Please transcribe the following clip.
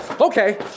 okay